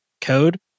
code